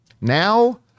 Now